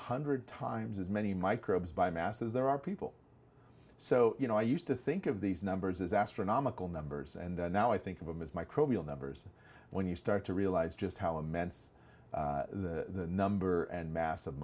hundred times as many microbes biomass as there are people so you know i used to think of these numbers as astronomical numbers and now i think of them as microbial numbers when you start to realize just how immense the number and mass